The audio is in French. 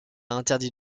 interdit